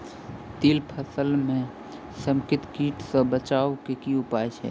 तिल फसल म समेकित कीट सँ बचाबै केँ की उपाय हय?